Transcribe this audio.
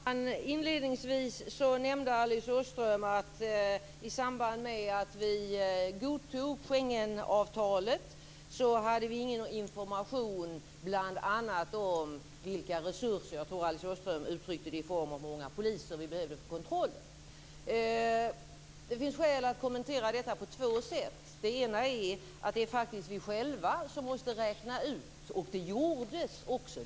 Herr talman! Inledningsvis nämnde Alice Åström att i samband med att vi godtog Schengenavtalet hade vi ingen information om bl.a. vilka resurser som krävdes. Jag tror att Alice Åström uttryckte det i form av hur många poliser vi behöver för kontroll. Det finns skäl att kommentera detta på två sätt. Det ena är att det faktiskt är vi själva som måste räkna ut vad som behövs. Det gjordes också.